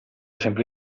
sempre